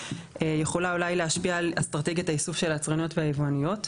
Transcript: יכולה אולי להשפיע על אסטרטגיית האיסוף של היצרניות והיבואניות.